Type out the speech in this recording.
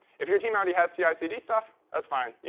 if your team already has ci cd stuff, that's fine. yeah